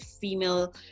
female